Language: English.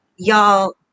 Y'all